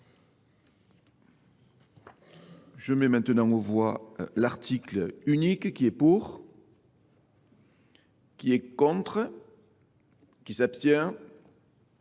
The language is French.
Je mets maintenant en voie l'article unique qui est pour, qui est contre, qui s'abstient.